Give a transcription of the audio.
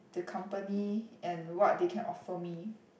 the company and what they can offer me